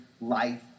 life